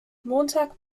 montag